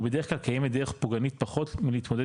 ובדרך כלל קיימת דרך פוגענית פחות מלהתמודד